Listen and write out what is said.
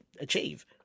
achieve